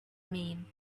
mean